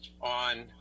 on